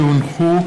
כי הונחה